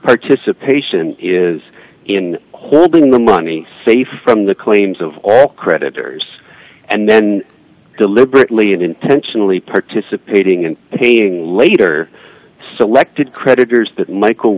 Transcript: participation is in holding the money safe from the claims of all creditors and then deliberately and intentionally participating and paying later selected creditors that michael